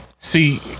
See